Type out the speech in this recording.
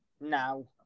now